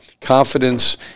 confidence